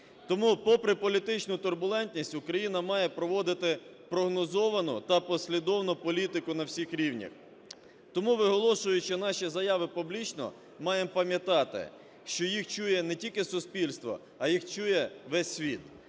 Тому, попри політичну турбулентність, Україна має проводити прогнозовану та послідовну політику на всіх рівнях. Тому, виголошуючи наші заяви публічно, маємо пам'ятати, що їх чує не тільки суспільство, а їх чує весь світ.